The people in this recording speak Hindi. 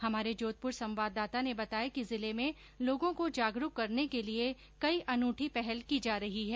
हमारे जोधपुर संवाददाता ने बताया है कि जिले में लोगों को जागरूक करने के लिये कई अनूठी पहल की जा रही है